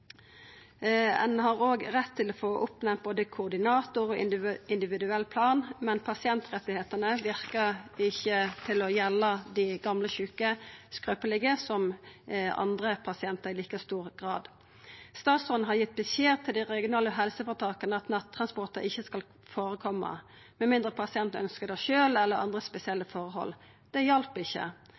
Ein har òg rett til å få både oppnemnd koordinator og individuell plan, men pasientrettane verkar ikkje å gjelda dei gamle sjuke og skrøpelege i like stor grad som andre pasientar. Statsråden har gitt beskjed til dei regionale helseføretaka om at nattransportar ikkje skal førekoma med mindre pasienten ønskjer det sjølv eller det er andre spesielle forhold. Det hjelpte ikkje.